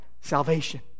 Salvation